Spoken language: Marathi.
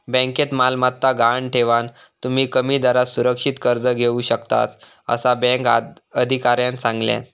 बँकेत मालमत्ता गहाण ठेवान, तुम्ही कमी दरात सुरक्षित कर्ज घेऊ शकतास, असा बँक अधिकाऱ्यानं सांगल्यान